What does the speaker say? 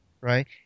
Right